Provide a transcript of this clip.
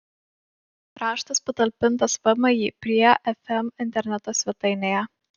raštas patalpintas vmi prie fm interneto svetainėje